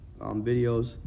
videos